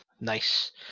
Nice